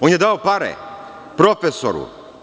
On je dao pare profesoru.